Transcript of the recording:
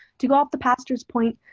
to go off the pastor's point,